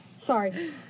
sorry